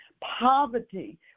poverty